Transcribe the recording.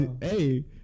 Hey